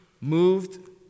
Moved